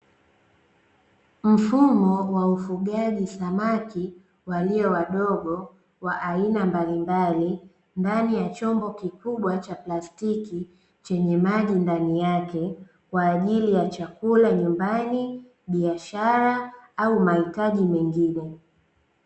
Mfumo wa ufugaji samaki walio wadogo wa aina mbalimbali, ndani ya chombo kikubwa cha plastiki chenye maji ndani yake; kwa ajili ya chakula nyumbani, biashara au mahitaji mengine.